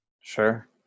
sure